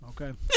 Okay